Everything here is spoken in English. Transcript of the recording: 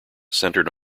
centered